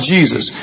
Jesus